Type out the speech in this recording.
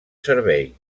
servei